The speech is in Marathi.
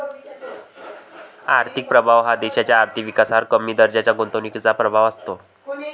आर्थिक प्रभाव हा देशाच्या आर्थिक विकासावर कमी दराच्या गुंतवणुकीचा प्रभाव असतो